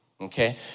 Okay